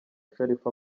sharifa